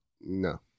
No